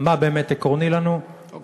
מה באמת עקרוני לנו, אוקיי.